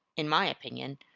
in my opinion,